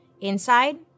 Inside